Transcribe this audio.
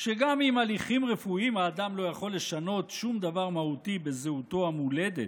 שגם עם הליכים רפואיים האדם לא יכול לשנות שום דבר מהותי בזהותו המולדת.